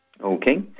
Okay